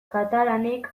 katalanek